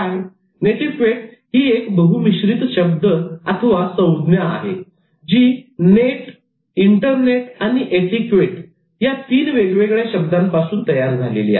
'netiquette' ही एक बहु मिश्रित शब्दसंज्ञा आहे जी 'नेट' 'इंटरनेट' आणि 'एटीक्वेट' या 3 वेगवेगळ्या शब्दांपासून तयार झालेली आहे